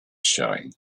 showing